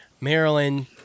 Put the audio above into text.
Maryland